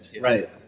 Right